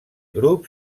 grup